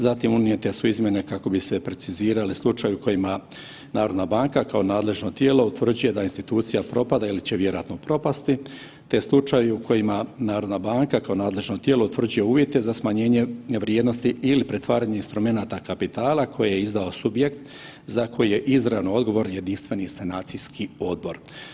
Zatim, unijete su izmjene kako bi se precizirale u slučaju kojima HNB kao nadležno tijelo utvrđuje da institucija propada ili će vjerojatno propasti, te slučaju kojima HNB kao nadležno tijelo utvrđuje uvjete za smanjenje vrijednosti ili pretvaranje instrumenata kapitala koje je izdao subjekt za koje je izravno odgovoran jedinstveni sanacijski odbor.